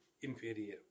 inferior